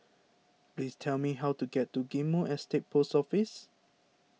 please tell me how to get to Ghim Moh Estate Post Office